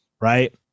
right